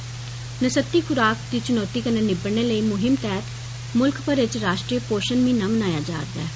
नसती खुराक दी चुनौती कन्ने निबड़ने लेई मुहीम तैहत मुल्ख भरै च राष्ट्रीय पोषण महीना मनाया जा'रदा ऐ